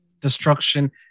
destruction